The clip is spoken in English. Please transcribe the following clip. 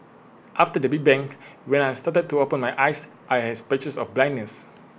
after the big bang when I started to open my eyes I had patches of blindness